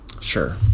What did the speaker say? Sure